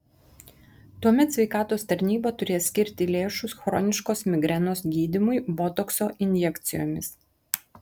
tuomet sveikatos tarnyba turės skirti lėšų chroniškos migrenos gydymui botokso injekcijomis